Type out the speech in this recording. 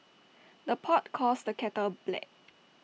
the pot calls the kettle black